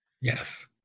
Yes